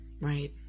right